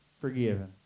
Forgiven